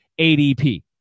ADP